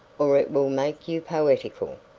or it will make you poetical.